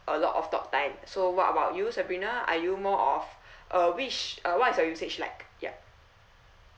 a lot of talk time so what about you sabrina are you more of uh which uh what is your usage like ya